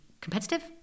competitive